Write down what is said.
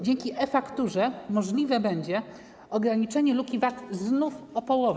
Dzięki e-fakturze możliwe będzie ograniczenie luki VAT znów o połowę.